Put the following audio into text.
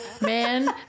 man